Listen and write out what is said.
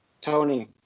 Tony